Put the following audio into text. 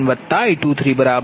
તેવી જ રીતે I2fI24I21I23 બરાબર